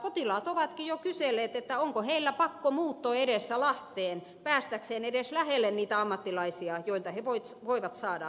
potilaat ovatkin jo kyselleet onko heillä pakkomuutto edessä lahteen päästäkseen edes lähelle niitä ammattilaisia joilta he voivat saada avun